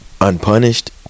unpunished